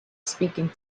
speaking